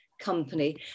company